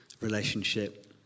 relationship